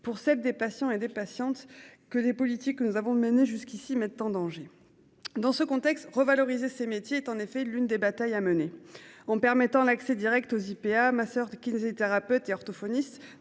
pour cette des patients et des patientes que les politiques que nous avons menées jusqu'ici mettent en danger. Dans ce contexte revaloriser ces métiers est en effet l'une des batailles à mener, en permettant l'accès Direct aux IPA ma soeur de kinésithérapeutes et orthophonistes